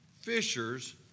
fishers